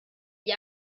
gli